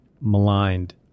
maligned